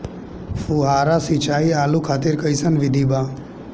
फुहारा सिंचाई आलू खातिर कइसन विधि बा?